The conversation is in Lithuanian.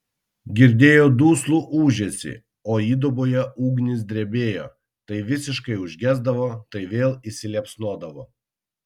girdėjo duslų ūžesį o įduboje ugnys drebėjo tai visiškai užgesdavo tai vėl įsiliepsnodavo